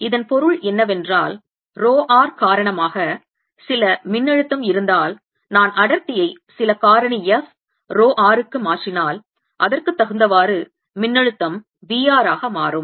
இதன் பொருள் என்னவென்றால் ரோ r காரணமாக சில மின்னழுத்தம் இருந்தால் நான் அடர்த்தியை சில காரணி f ரோ r க்கு மாற்றினால் அதற்குத் தகுந்தவாறு மின்னழுத்தம் V r ஆக மாறும்